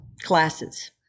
classes